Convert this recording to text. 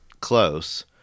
close